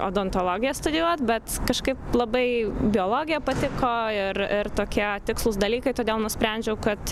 odontologiją studijuot bet kažkaip labai biologija patiko ir ir tokie tikslūs dalykai todėl nusprendžiau kad